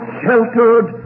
sheltered